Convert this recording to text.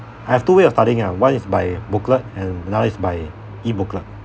I have two way of studying ah one is by booklet and another is by e-booklet